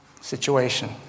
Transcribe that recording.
situation